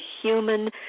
human